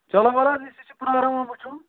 چلو وَلہٕ حظ أسۍ ہےچھِ پرٛاران وُچھُو